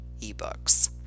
eBooks